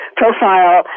profile